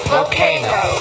Volcano